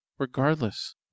Regardless